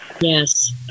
yes